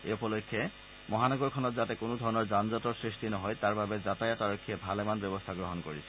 এই উপলক্ষে চহৰখনত যাতে কোনোধৰণৰ যান জটৰ সৃষ্টি নহয় তাৰ বাবে যাতায়াত আৰক্ষীয়ে ভালেমান ব্যৱস্থা গ্ৰহণ কৰিছে